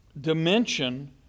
dimension